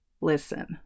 listen